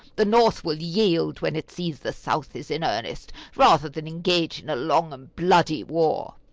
the north will yield, when it sees the south is in earnest, rather than engage in a long and bloody war.